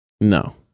no